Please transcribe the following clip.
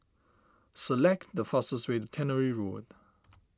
select the fastest way Tannery Road